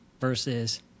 versus